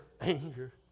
anger